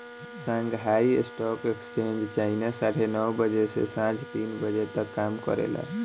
Shanghai stock exchange China साढ़े नौ बजे से सांझ तीन बजे तक काम करेला